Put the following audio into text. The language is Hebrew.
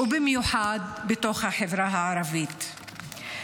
ובמיוחד בתוך החברה הערבית.